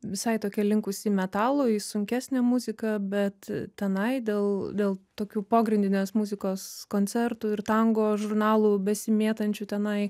visai tokia linkus į metalo į sunkesnę muziką bet tenai dėl dėl tokių pogrindinės muzikos koncertų ir tango žurnalų besimėtančių tenai